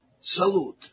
Salute